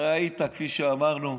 הרי היית, כפי שאמרנו,